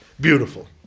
Beautiful